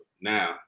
now